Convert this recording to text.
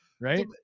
right